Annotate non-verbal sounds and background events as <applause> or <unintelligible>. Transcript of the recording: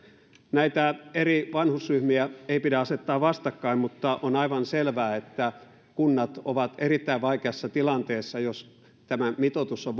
näitä eri vanhusryhmiä ei pidä asettaa vastakkain mutta on aivan selvää että kunnat ovat erittäin vaikeassa tilanteessa jos tämä mitoitus on <unintelligible>